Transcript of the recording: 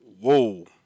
Whoa